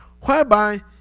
whereby